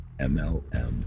MLM